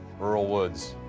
earl woods.